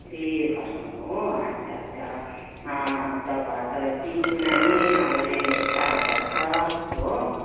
ए खर्साङ हो अच्छा अच्छा अन्त घर त दिन्छु नानी अब रेन्ट चार हजार छ हो